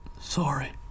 sorry